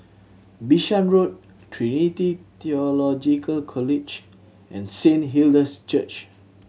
Bishan Road Trinity Theological College and Saint Hilda's Church